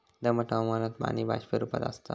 दमट हवामानात पाणी बाष्प रूपात आसता